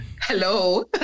hello